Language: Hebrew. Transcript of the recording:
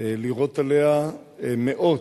לירות עליה מאות,